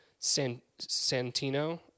Santino